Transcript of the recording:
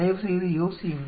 தயவுசெய்து யோசியுங்கள்